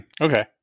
okay